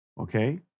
Okay